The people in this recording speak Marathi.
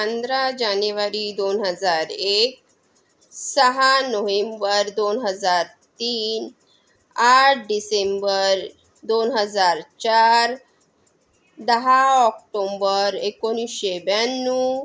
पंधरा जानेवारी दोन हजार एक सहा नोहेंबर दोन हजार तीन आठ डिसेंबर दोन हजार चार दहा ऑक्टोंबर एकोणीसशे ब्याण्णव